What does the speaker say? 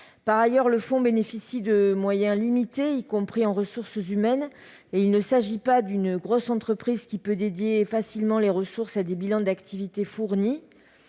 Par ailleurs, le fonds bénéficie de moyens limités, y compris en ressources humaines. Il ne s'agit pas d'une grosse entreprise pouvant dédier facilement des ressources à des bilans d'activités fournis.